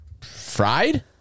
Fried